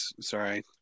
sorry